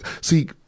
see